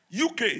UK